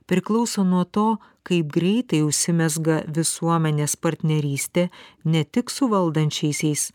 priklauso nuo to kaip greitai užsimezga visuomenės partnerystė ne tik su valdančiaisiais